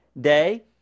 day